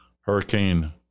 Hurricane